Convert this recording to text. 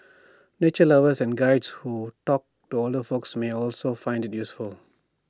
nature lovers and Guides who talk to older folks may also find IT useful